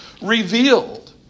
revealed